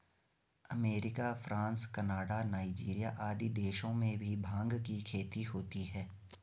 America, France, Canada, Nigeria आदि देशों में भी भाँग की खेती होती है